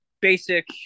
basic